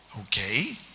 Okay